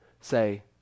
say